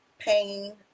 Pain